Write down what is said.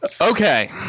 Okay